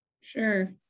Sure